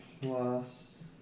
plus